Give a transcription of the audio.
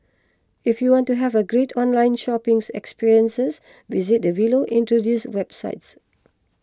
if you want to have a great online shopping experiences visit the below introduced websites